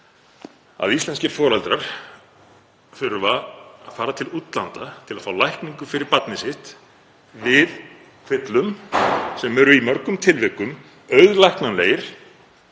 að íslenskir foreldrar þurfa að fara til útlanda til að fá lækningu fyrir barnið sitt við kvillum sem eru í mörgum tilvikum auðlæknanlegir,